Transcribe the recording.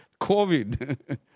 COVID